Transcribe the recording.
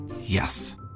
yes